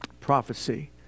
Prophecy